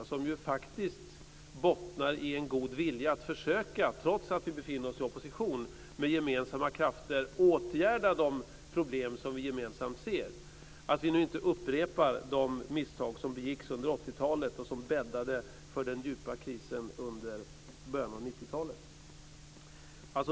De bottnar ju faktiskt i en god vilja - trots att vi befinner oss i opposition - att med gemensamma krafter försöka åtgärda de problem vi ser så att vi inte upprepar de misstag som begicks under 80-talet och som bäddade för den djupa krisen under början av 90-talet.